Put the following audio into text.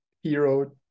hero